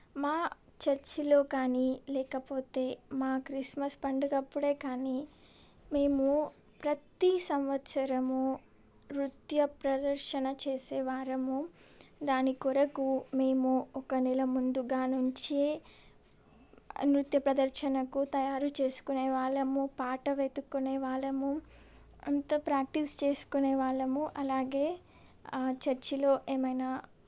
మా చర్చిలో కానీ లేకపోతే మా క్రిస్మస్ పండుగప్పుడే కానీ మేము ప్రత్తీ సంవత్సరము నృత్య ప్రదర్శన చేసేవాళ్ళము దాని కొరకు మేము ఒక నెల ముందుగానుంచే నృత్య ప్రదర్శనకు తయారు చేసుకునే వాళ్ళము పాట వెతుక్కునే వాళ్ళము అంత ప్రాక్టీస్ చేసుకునే వాళ్ళము అలాగే చర్చిలో ఏమైనా